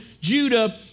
Judah